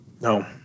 No